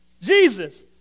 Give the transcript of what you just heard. Jesus